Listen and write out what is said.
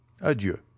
adieu